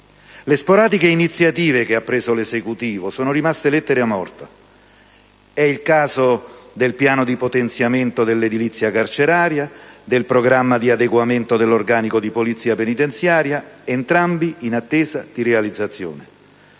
Le sporadiche iniziative che ha preso l'Esecutivo sono rimaste lettera morta. È questo il caso del piano di potenziamento dell'edilizia carceraria, del programma di adeguamento dell'organico della Polizia penitenziaria, entrambi in attesa di realizzazione.